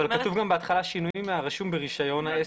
אבל כתוב בהתחלה שינויים מהרשום ברישיון העסק.